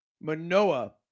Manoa